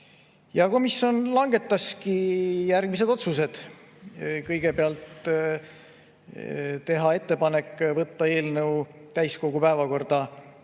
Komisjon langetas järgmised otsused. Kõigepealt, teha ettepanek võtta eelnõu täiskogu päevakorda